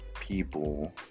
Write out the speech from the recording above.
people